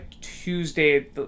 Tuesday